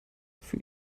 für